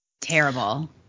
Terrible